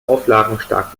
auflagenstark